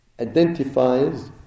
identifies